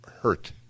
hurt